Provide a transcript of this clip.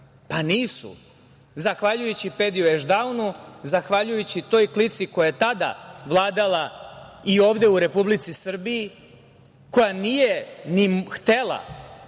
Nisu. Zahvaljujući Pediu Ešdaunu, zahvaljujući toj klici koja je tada vladala i ovde u Republici Srbiji, koja nije ni htela,